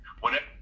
whenever